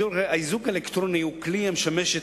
האיזוק האלקטרוני הוא כלי המשמש את